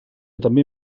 també